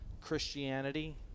Christianity